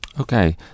Okay